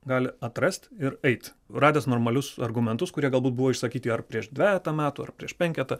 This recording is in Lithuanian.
gali atrast ir eit radęs normalius argumentus kurie galbūt buvo išsakyti ar prieš dvejetą metų ar prieš penketą